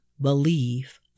believe